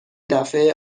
دفعه